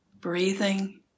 breathing